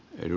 edu